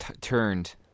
turned